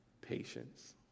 patience